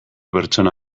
pertsona